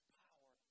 power